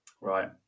Right